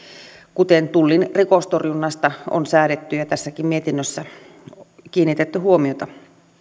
kuten tullin rikostorjunnasta on säädetty ja tässäkin mietinnössä siihen kiinnitetty huomiota